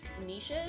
niches